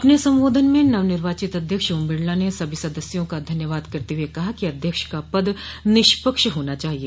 अपने संबोधन में नवनिर्वाचित अध्यक्ष ओम बिड़ला ने सभी सदस्यों का धन्यवाद करते हुए कहा कि अध्यक्ष का पद निष्पक्ष होना चाहिए